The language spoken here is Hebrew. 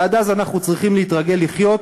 ועד אז אנחנו צריכים להתרגל לחיות